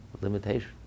limitation